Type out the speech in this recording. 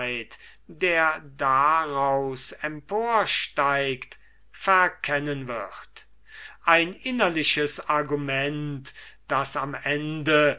der daraus emporsteigt ein innerliches argument das am ende